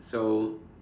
so